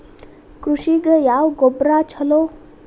ಕೃಷಿಗ ಯಾವ ಗೊಬ್ರಾ ಛಲೋ?